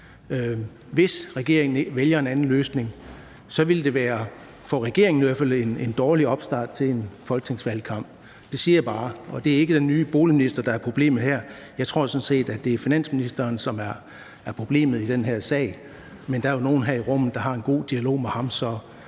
Hvis regeringen vælger en anden løsning, vil det i hvert fald for regeringen være en dårlig opstart til en folketingsvalgkamp. Det siger jeg bare, og det er ikke den nye boligminister, der er problemet her. Jeg tror sådan set, at det er finansministeren, som er problemet i den her sag. Men der er jo nogen her i rummet, der har en god dialog med ham,